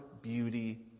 beauty